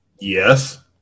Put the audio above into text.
Yes